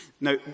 Now